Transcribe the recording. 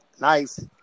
nice